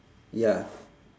ya